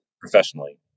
professionally